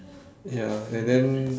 ya and then